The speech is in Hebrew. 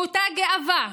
באותה גאווה,